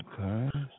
Okay